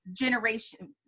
generation